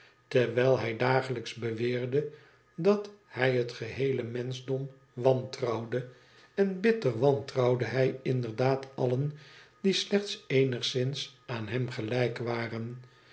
terwijl hij dagelijks beweerde dat hij het geheele menschdom wantrouwde en bitter wantrouwde hij inderdaad allen die slechts eenigszins aan hem gelijk waren